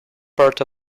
part